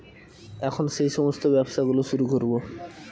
এখন সেই সমস্ত ব্যবসা গুলো শুরু করবো